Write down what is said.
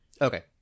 Okay